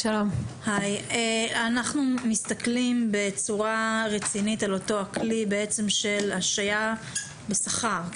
אנחנו מסתכלים בצורה רצינית על אותו כלי של השעיה בשכר,